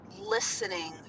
listening